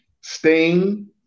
Sting